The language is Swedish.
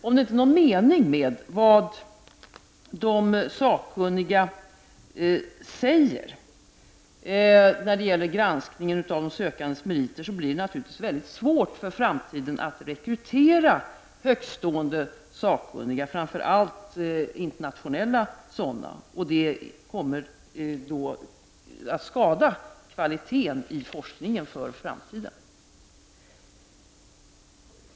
Om det inte är någon mening med vad de sakkunniga säger vid granskningen av de sökandes meriter, blir det naturligtvis mycket svårt för framtiden att rekrytera högtstående sakkunniga, framför allt internationella sådana, och det kommer då att skada kvaliteten på forskningen för framtiden.